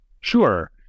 Sure